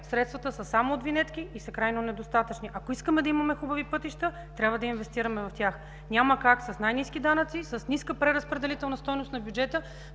средствата са само от винетки и са крайно недостатъчни. Ако искаме да имаме хубави пътища трябва да инвестираме в тях. Няма как с най-ниски данъци, с ниска преразпределителна стойност на бюджета